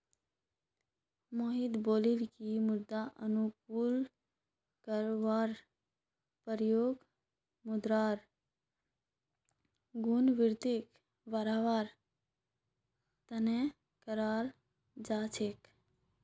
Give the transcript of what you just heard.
मोहित बताले कि मृदा अनुकूलककेर प्रयोग मृदारेर गुणवत्ताक बढ़वार तना कराल जा छेक